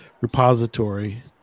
repository